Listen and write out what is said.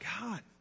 God